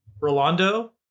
Rolando